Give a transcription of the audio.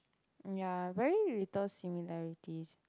ya very little similarities